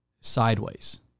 sideways